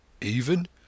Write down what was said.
Even